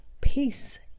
Peace